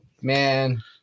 Man